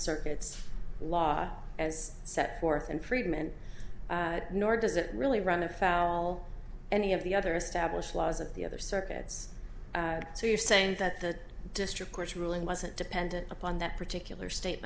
circuits law as set forth and friedman nor does it really run afoul any of the other established laws of the other circuits so you're saying that the district court's ruling wasn't dependent upon that particular state